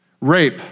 Rape